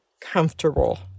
comfortable